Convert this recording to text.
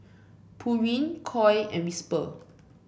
Pureen Koi and Whisper